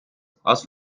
als